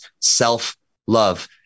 self-love